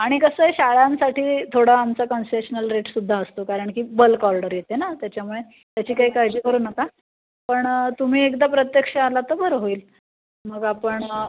आणि कसं आहे शाळांसाठी थोडं आमचा कन्सेशनल रेट सुद्धा असतो कारण की बल्क ऑर्डर येते ना त्याच्यामुळे त्याची काही काळजी करू नका पण तुम्ही एकदा प्रत्यक्ष आला तर बरं होईल मग आपण